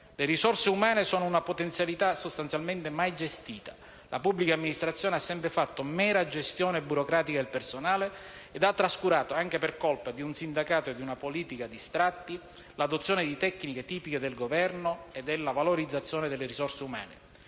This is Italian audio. Le risorse umane sono una potenzialità sostanzialmente mai gestita. La pubblica amministrazione ha sempre fatto mera gestione burocratica del personale ed ha trascurato, anche per colpa di un sindacato e di una politica distratti, l'adozione di tecniche tipiche del Governo e della valorizzazione delle risorse umane.